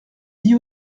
dit